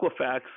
Equifax